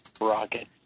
Rocket